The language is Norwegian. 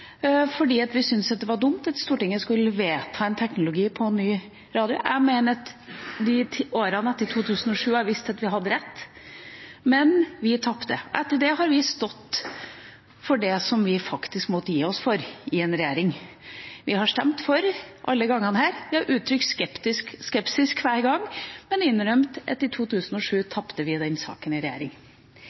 fordi vi syntes det var dumt at Stortinget skulle vedta en ny teknologi for radio. Jeg mener at årene etter 2007 har vist at vi hadde rett, men vi tapte. Etter det har vi stått for det som vi faktisk måtte gi oss på i regjering. Vi har stemt for alle gangene her, og vi har uttrykt skepsis hver gang, men innrømt at i 2007 tapte vi den saken i regjering.